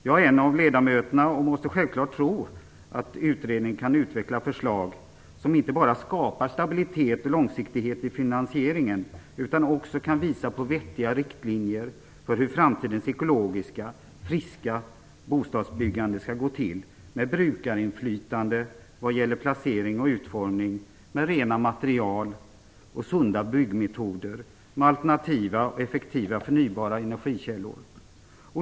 Jag är en av ledamöterna och måste självfallet tro att utredningen kan utveckla förslag som inte bara skapar stabilitet och långsiktighet i finansieringen utan också kan visa på vettiga riktlinjer för hur framtidens ekologiska, friska bostadsbyggande skall gå till med brukarinflytande vad gäller placering och utformning, med rena material och sunda byggmetoder och med alternativa och effektiva förnyelsebara energikällor.